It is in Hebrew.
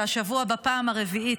והשבוע בפעם הרביעית,